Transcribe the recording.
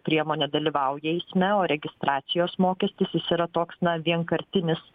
priemonė dalyvauja eisme o registracijos mokestis jis yra toks na vienkartinis